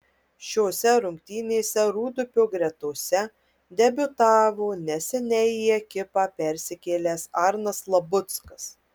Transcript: šiose rungtynėse rūdupio gretose debiutavo neseniai į ekipą persikėlęs arnas labuckas